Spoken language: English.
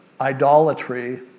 idolatry